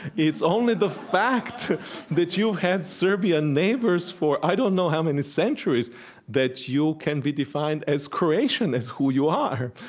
it's only the fact that you've had serbian neighbors for i don't know how many centuries that you can be defined as croatian, as who you are.